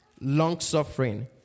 long-suffering